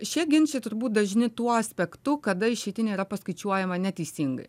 šie ginčai turbūt dažni tuo aspektu kada išeitinė yra paskaičiuojama neteisingai